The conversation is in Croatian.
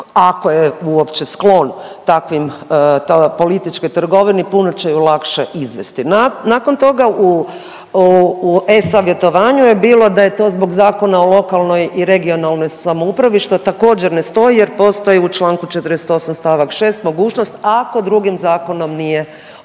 ako je uopće sklon takvim toj političkoj trgovini, puno će ju lakše izvesti. Nakon toga u, u e-savjetovanju je bilo da je to zbog Zakona o lokalnoj i regionalnoj samoupravi što također ne stoji jer postoji u Članku 48. stavak 6. mogućnost ako drugim zakonom nije određeno.